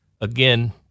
again